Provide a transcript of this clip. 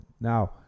now